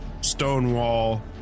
Stonewall